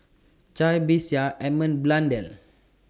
Cai Bixia Edmund Blundell